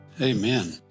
Amen